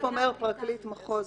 הסעיף אומר: "פרקליט מחוז,